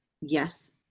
yes